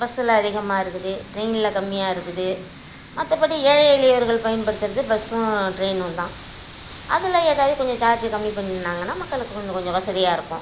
பஸ்ஸில் அதிகமாக இருக்குது ட்ரெயினில் கம்மியாக இருக்குது மற்றபடி ஏழை எளியவர்கள் பயன்படுத்துகிறது பஸ்ஸும் ட்ரெய்னும் தான் அதில் ஏதாவது கொஞ்சம் சார்ஜு கம்மி பண்ணிணாங்கனால் மக்களுக்கு கொஞ்சம் கொஞ்சம் வசதியாக இருக்கும்